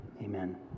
Amen